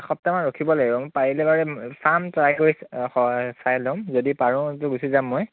এসপ্তাহমান ৰখিব লাগিব মই পাৰিলে বাৰু চাম ট্ৰাই কৰি হয় চাই ল'ম যদি পাৰোতো গুচি যাম মই